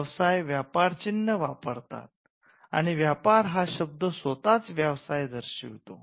व्यवसाय व्यापार चिन्ह वापरतात आणि व्यापार हा शब्द स्वतःच व्यवसाय दर्शवितो